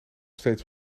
steeds